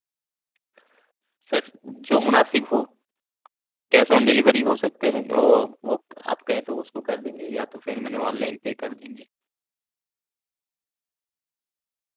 سر جو مناسب ہو کیش آن ڈلیوری ہو سکتے ہیں وہ وہ آپ کہیں تو اس کو کر دیں گے یا تو پھر میں نے آنلائن پے کر دیں گے